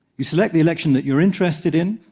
you select the election that you're interested in,